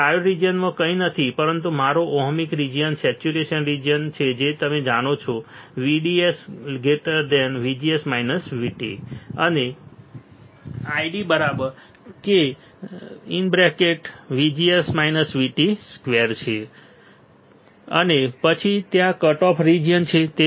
હવે ટ્રાયોડ રીજીયનોમાં કંઇ નથી પરંતુ તમારો ઓહમિક રીજીયન સેચ્યુરેશન રીજીયન છે જે તમે જાણો છો VDS VGS VT અને ID k2 અને પછી ત્યાં કટ ઓફ રીજીયન છે